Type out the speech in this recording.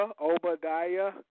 Obadiah